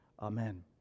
Amen